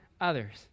others